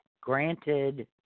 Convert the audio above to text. granted